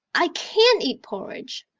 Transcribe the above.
i can't eat porridge.